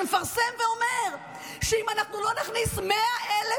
והוא מפרסם ואומר שאם אנחנו לא נכניס 100,000